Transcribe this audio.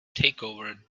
takeover